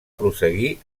prosseguir